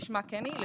כשמה כן היא,